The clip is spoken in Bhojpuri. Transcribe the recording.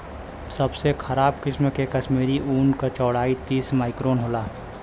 सबसे खराब किसिम के कश्मीरी ऊन क चौड़ाई तीस माइक्रोन होला